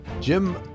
Jim